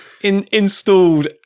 Installed